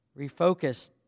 refocused